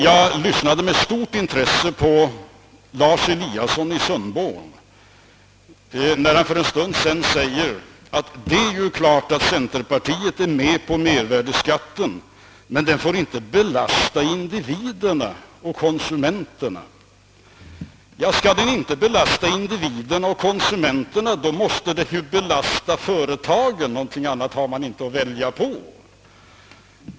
Jag lyssnade med stort intresse till herr Lars Eliasson i Sundborn, när han för en stund sedan förklarade att centerpartiet givetvis är med på mervärdeskatten men att denna inte får belasta individerna och konsumenterna. Men skall den inte belasta indi :'viderna och konsumenterna måste den ju belasta företagen. Någonting annat har man inte att välja på.